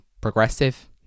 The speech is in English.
progressive